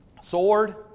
Sword